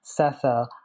Setha